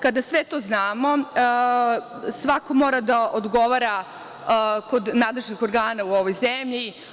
Kada sve to znamo, svako mora da odgovara kod nadležnih organa u ovoj zemlji.